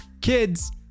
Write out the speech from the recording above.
Kids